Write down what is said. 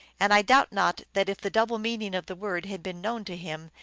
and i doubt not that if the double meaning of the word had been known to him,